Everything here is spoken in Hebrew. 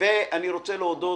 אני רוצה להודות